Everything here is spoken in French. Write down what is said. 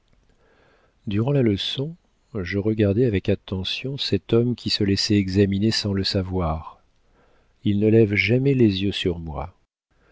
la leçon je regardais avec attention cet homme qui se laissait examiner sans le savoir il ne lève jamais les yeux sur moi